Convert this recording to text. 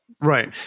Right